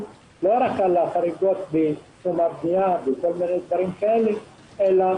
לא רק על חריגות הבנייה וכל מיני דברים כאלה אלא